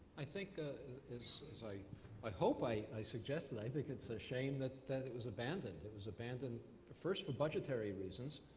i think ah as i i hope i i suggested, i think it's a shame that that it was abandoned. it was abandoned first for budgetary reasons.